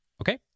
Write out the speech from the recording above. okay